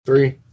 Three